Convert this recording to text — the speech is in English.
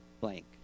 blank